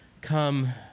come